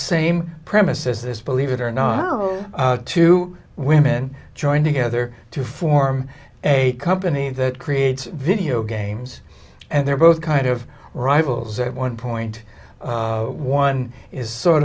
same premises this believe it or not two women joined together to form a company that creates video games and they're both kind of rivals at one point one is sort